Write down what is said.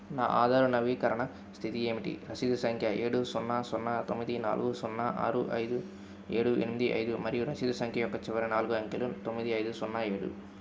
నా ఆధార నవీకరణ స్థితి ఏమిటి రసీదు సంఖ్య ఏడు సున్నా సున్నా తొమ్మిది నాలుగు సున్నా ఆరు ఐదు ఏడు ఎనిమిది ఐదు మరియు రసీదు సంఖ్య యొక్క చివరి నాలుగు అంకెలు తొమ్మిది ఐదు సున్నా ఏడు